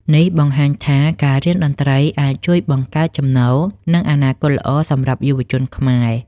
នេះបង្ហាញថា ការរៀនតន្ត្រីអាចជួយបង្កើតចំណូល និងអនាគតល្អសម្រាប់យុវជនខ្មែរ។